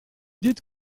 dites